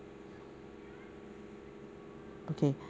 okay